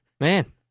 Man